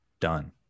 done